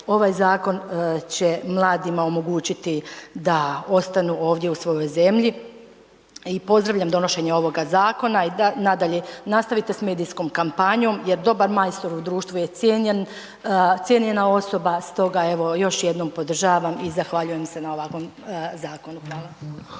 ovaj zakon će mladima omogućiti da ostanu ovdje u svojoj zemlji i pozdravljam donošenje ovoga zakona i nadalje nastavite s medijskom kampanjom jer dobar majstor u društvu je cijenjena osoba, stoga evo još jednom podržavam i zahvaljujem se na ovakvom zakonu.